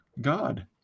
God